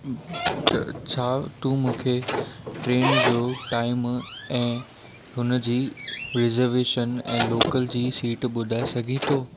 छा तूं मूंखे ट्रेन जो टाइम ऐं हुनजी रिजर्वेशन ऐं लोकल जी सीट ॿुधाए सघीं थो